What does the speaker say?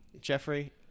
Jeffrey